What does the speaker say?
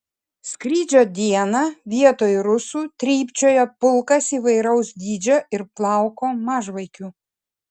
skrydžio dieną vietoj rusų trypčiojo pulkas įvairaus dydžio ir plauko mažvaikių